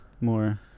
more